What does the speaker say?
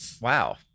Wow